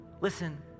Listen